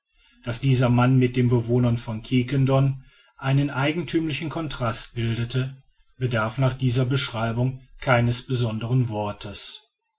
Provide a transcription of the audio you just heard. daß dieser mann mit den bewohnern von quiquendone einen eigenthümlichen contrast bildete bedarf nach dieser beschreibung keines besonderen wortes